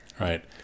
Right